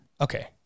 Okay